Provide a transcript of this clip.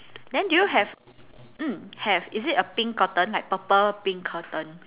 then do you have mm have is it a pink curtain like purple pink curtain